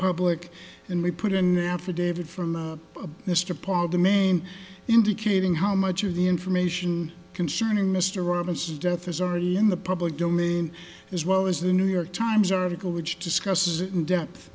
public and we put an affidavit from mr paul the main indicating how much of the information concerning mr robinson's death is already in the public domain as well as the new york times article which discusses it in depth